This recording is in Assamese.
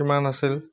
কিমান আছিল